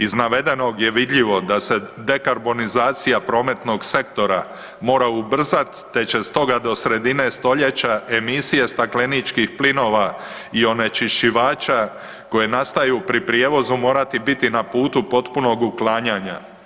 Iz navedenog je vidljivo da se dekarbonizacija prometnog sektora mora ubrzati te će stoga do sredine stoljeća emisije stakleničkih plinova i onečišćivača koje nastaju pri prijevozu morati biti na putu potpunog uklanjanja.